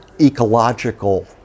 ecological